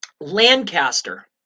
Lancaster